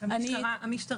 אני בהחלט רואה בשר,